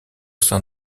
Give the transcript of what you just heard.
sein